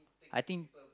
I think